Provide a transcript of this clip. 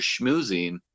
schmoozing